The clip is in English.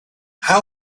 how